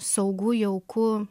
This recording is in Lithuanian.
saugu jauku